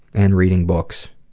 and reading books,